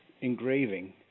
engraving